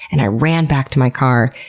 and i ran back to my car.